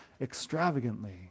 extravagantly